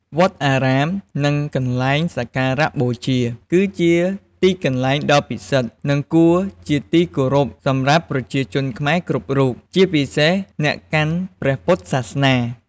វត្តអារាម និងកន្លែងសក្ការបូជា គឺជាទីកន្លែងដ៏ពិសិដ្ឋ និងគួរជាទីគោរពសម្រាប់ប្រជាជនខ្មែរគ្រប់រូប ជាពិសេសអ្នកកាន់ព្រះពុទ្ធសាសនា។